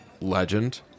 legend